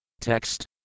Text